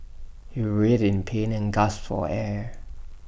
he writhed in pain and gasped for air